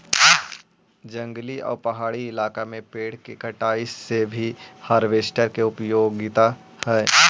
जंगली आउ पहाड़ी इलाका में पेड़ के कटाई में भी हार्वेस्टर के उपयोगिता हई